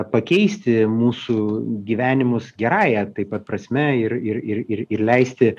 pakeisti mūsų gyvenimus gerąja taip pat prasme ir ir ir ir ir leisti